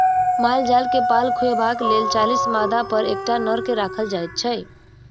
माल जाल के पाल खुअयबाक लेल चालीस मादापर एकटा नर के राखल जाइत छै